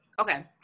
Okay